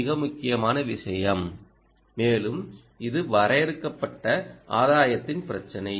இது மிக முக்கியமான விஷயம் மேலும் இது வரையறுக்கப்பட்ட ஆதாயத்தின் பிரச்சனை